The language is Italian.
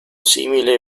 simile